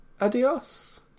Adios